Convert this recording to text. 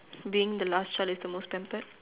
being the last child is the most tempted